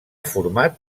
format